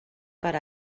per